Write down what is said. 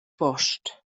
post